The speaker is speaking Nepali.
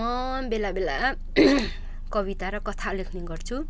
म बेला बेला कविता र कथा लेख्ने गर्छु